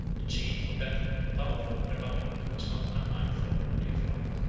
the chief of that powerful republic was not unmindful of the affront.